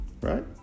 Right